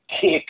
kick